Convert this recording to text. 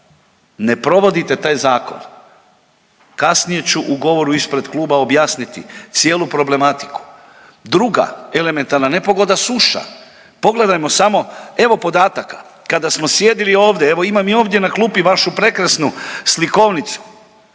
Ne provodite taj zakon. Kasnije ću u govoru ispred kluba objasniti cijelu problematiku. Druga elementarna nepogoda suša, pogledajmo samo evo podataka, kada smo sjedili ovdje evo imam i ovdje na klupi vašu prekrasnu slikovnicu